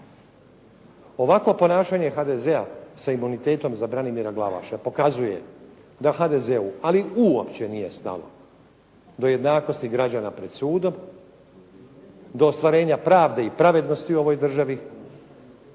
Ovakvo ponašanje HDZ-a sa imunitetom za Branimira Glavaša pokazuje da HDZ-u ali uopće nije stalo do jednakosti građana pred sudom, do ostvarenja pravde i pravednosti u ovoj državi,